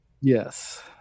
Yes